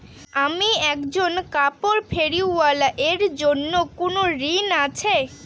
আমি একজন কাপড় ফেরীওয়ালা এর জন্য কোনো ঋণ আছে?